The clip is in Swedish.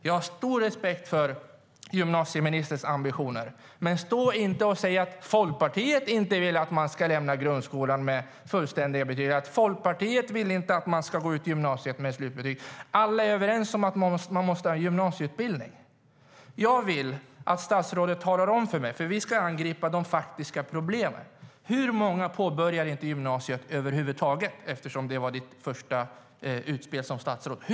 Jag har stor respekt för gymnasieministerns ambitioner, men stå inte och säg att Folkpartiet inte vill att man ska lämna grundskolan med fullständiga betyg och att Folkpartiet inte vill att man ska gå ut gymnasiet med slutbetyg! Alla är överens om att man måste ha gymnasieutbildning. Vi ska angripa de faktiska problemen. Jag vill, statsrådet, att du talar om för mig hur många som inte påbörjar gymnasiet över huvud taget, eftersom ditt första utspel som statsråd gällde detta.